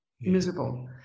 miserable